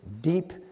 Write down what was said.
deep